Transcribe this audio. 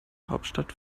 hauptstadt